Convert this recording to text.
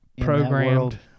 programmed